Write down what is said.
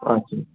अच्छा